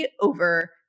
over